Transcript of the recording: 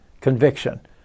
conviction